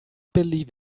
believe